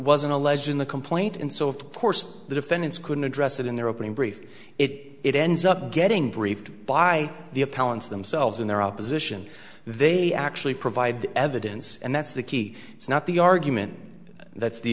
wasn't alleged in the complaint and so of course the defendants couldn't address it in their opening brief it ends up getting briefed by the appellants themselves in their opposition they actually provide the evidence and that's the key it's not the argument that's the